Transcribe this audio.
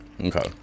Okay